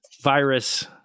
virus